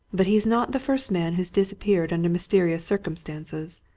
but he's not the first man who's disappeared under mysterious circumstances.